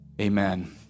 amen